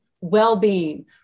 well-being